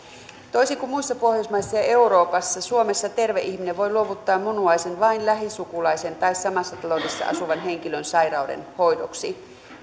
toisin kuin muissa pohjoismaissa ja euroopassa suomessa terve ihminen voi luovuttaa munuaisen vain lähisukulaisen tai samassa taloudessa asuvan henkilön sairauden hoidoksi